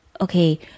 okay